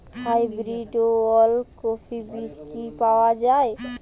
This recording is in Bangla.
হাইব্রিড ওলকফি বীজ কি পাওয়া য়ায়?